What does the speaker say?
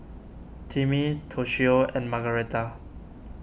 Timmy Toshio and Margaretha